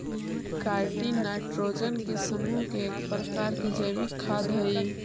chitin nitrogen के समूह के एक प्रकार के जैविक खाद हई